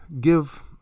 give